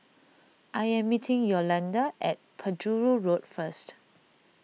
I am meeting Yolanda at Penjuru Road first